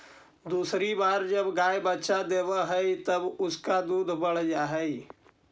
दूसरी बार जब गाय बच्चा देवअ हई तब उसका दूध बढ़ जा हई